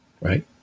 right